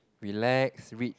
relax read